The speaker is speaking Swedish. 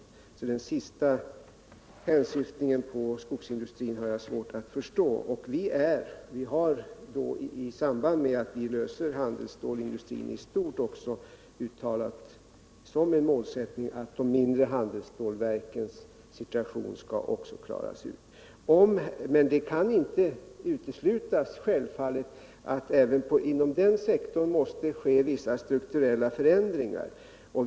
Jag har alltså svårt att förstå den senaste hänsyftningen på skogsindustrin. I samband med att vi löser problemen för handelsstålsindustrin i stort har vi också uttalat som en målsättning att även de mindre handelsstålverkens situation skall klaras ut. Men det kan självfallet inte uteslutas att det även inom den sektorn måste ske vissa strukturella förändringar.